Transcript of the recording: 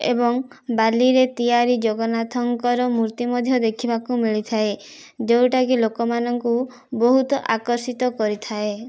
ଏବଂ ବାଲିରେ ତିଆରି ଜଗନ୍ନାଥଙ୍କର ମୂର୍ତ୍ତି ମଧ୍ୟ ଦେଖିବାକୁ ମିଳିଥାଏ ଯେଉଁଟା କି ଲୋକମାନଙ୍କୁ ବହୁତ ଆକର୍ଷିତ କରିଥାଏ